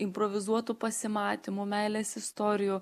improvizuotų pasimatymų meilės istorijų